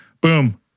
Boom